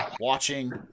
watching